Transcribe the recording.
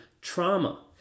trauma